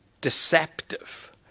deceptive